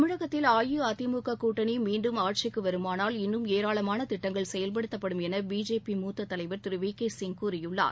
தமிழகத்தில் அஇஅதிமுக கூட்டணி மீண்டும் ஆட்சிக்கு வருமானால் இன்னும் ஏராளமான திட்டங்கள் செயல்படுத்தப்படும் என பிஜேபி மூத்த தலைவர் திரு வி கே சிங் கூறியுள்ளார்